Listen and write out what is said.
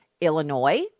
Illinois